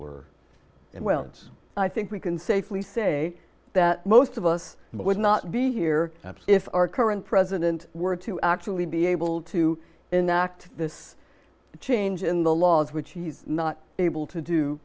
well i think we can safely say that most of us would not be here if our current president were to actually be able to enact this change in the laws which he's not able to do